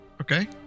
Okay